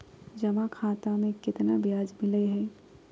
जमा खाता में केतना ब्याज मिलई हई?